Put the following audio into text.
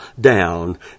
down